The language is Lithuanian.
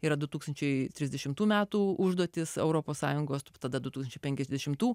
yra du tūkstančiai trisdešimtų metų užduotis europos sąjungos tada du tūkstančiai penkiasdešimtų